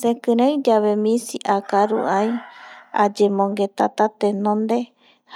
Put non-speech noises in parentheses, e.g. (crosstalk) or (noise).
Sekirei yave misi akaru (noise) ai ayemongetata tenonde